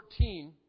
14